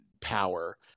power